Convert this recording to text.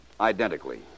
Identically